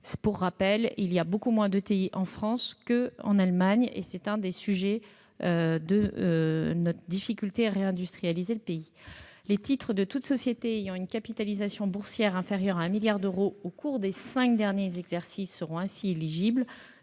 aux radars. Il y a ainsi beaucoup moins d'ETI aujourd'hui en France qu'en Allemagne, et c'est l'un des facteurs de notre difficulté à réindustrialiser le pays. Les titres de toute société ayant eu une capitalisation boursière inférieure à un milliard d'euros au cours des cinq derniers exercices seront ainsi éligibles